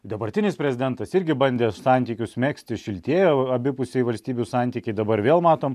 dabartinis prezidentas irgi bandė santykius megzti šiltėjo abipusiai valstybių santykiai dabar vėl matom